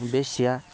बे सिया